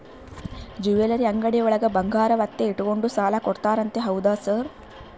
Jewellery ಅಂಗಡಿಯೊಳಗ ಬಂಗಾರ ಒತ್ತೆ ಇಟ್ಕೊಂಡು ಸಾಲ ಕೊಡ್ತಾರಂತೆ ಹೌದಾ ಸರ್?